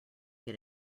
get